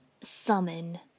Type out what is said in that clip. summon